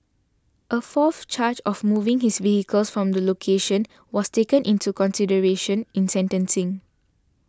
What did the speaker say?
a fourth charge of moving his vehicle from the location was taken into consideration in sentencing